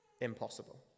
impossible